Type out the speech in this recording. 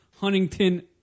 Huntington